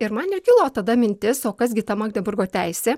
ir man ir kilo tada mintis o kas gi ta magdeburgo teisė